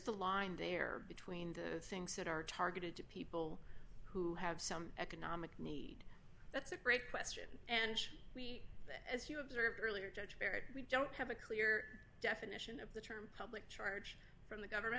the line there between the things that are targeted to people who have some economic need that's a great question and we as you observed earlier judge barrett we don't have a clear definition of the to public charge from the government